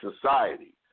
Society